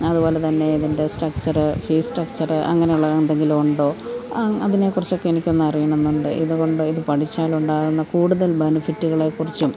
അതുപോലെ തന്നെ ഇതിൻ്റെ സ്ട്രക്ചർ ഫീസ് സ്ട്രക്ച്ചർ അങ്ങനെയുള്ളത് എന്തെങ്കിലും ഉണ്ടോ ആ അതിനെക്കുറിച്ചൊക്കെ എനിക്കൊന്ന് അറിയണമെന്നുണ്ട് ഇതുകൊണ്ട് ഇത് പഠിച്ചാലുണ്ടാകുന്ന കൂടുതൽ ബെനിഫിറ്റുകളെ കുറിച്ചും